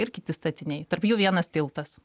ir kiti statiniai tarp jų vienas tiltas